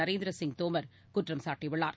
நரேந்திர சிங் தோமர் குற்றம் சாட்டியுள்ளார்